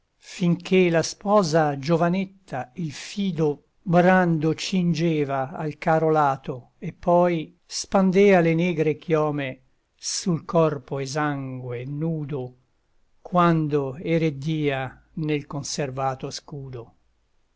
finché la sposa giovanetta il fido brando cingeva al caro lato e poi spandea le negre chiome sul corpo esangue e nudo quando e reddia nel conservato scudo